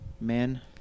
men